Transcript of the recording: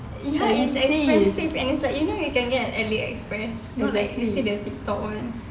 ya it's expensive and it's like you know you can get ali express you see the TikTok [one]